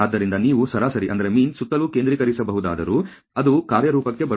ಆದ್ದರಿಂದ ನೀವು ಸರಾಸರಿ ಸುತ್ತಲೂ ಕೇಂದ್ರೀಕರಿಸಬಹುದಾದರೂ ಅದು ಕಾರ್ಯರೂಪಕ್ಕೆ ಬರುವುದಿಲ್ಲ